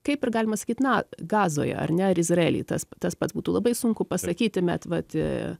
kaip ir galima sakyt na gazoje ar ne ar izraely tas tas pats būtų labai sunku pasakyti bet vat